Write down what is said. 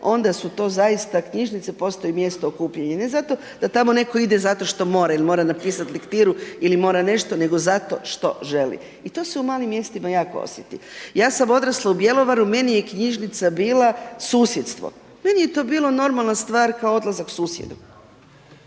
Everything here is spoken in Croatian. onda su to zaista knjižnice, postoji mjesto okupljanja. Ne zato što tamo netko ide zato što mora i mora napisati lektiru i mora nešto, nego zato što želi i to se u malim mjestima jako osjeti. Ja sam odrasla u Bjelovaru meni je knjižnica bila susjedstvo, meni je to bilo normalan stvar kao odlazak susjedu.